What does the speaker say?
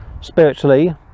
spiritually